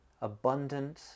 abundant